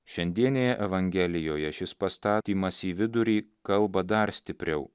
šiandienėje evangelijoje šis pastatymas į vidurį kalba dar stipriau